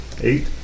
Eight